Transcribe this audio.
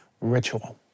ritual